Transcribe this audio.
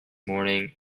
morning